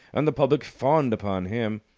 and the public fawned upon him.